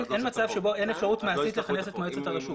מצב שבו אין אפשרות מעשית לכנס את מועצת הרשות.